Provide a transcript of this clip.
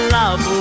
love